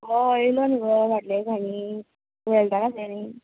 हय येलो न्हू फाटले दिसांनी टूवेल्ताक आसले न्ही